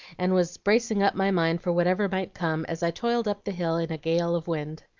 and was bracing up my mind for whatever might come, as i toiled up the hill in a gale of wind.